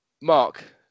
Mark